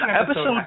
episode